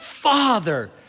father